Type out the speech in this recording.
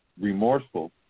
remorseful